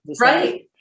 Right